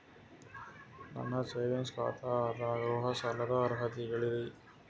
ನನ್ನ ಸೇವಿಂಗ್ಸ್ ಖಾತಾ ಅದ, ಗೃಹ ಸಾಲದ ಅರ್ಹತಿ ಹೇಳರಿ?